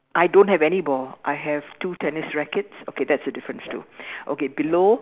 I don't have any ball I have two tennis rackets okay that's a difference too okay below